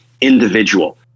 individual